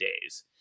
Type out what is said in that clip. days